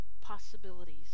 possibilities